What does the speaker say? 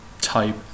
type